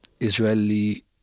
Israeli